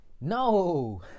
no